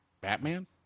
Batman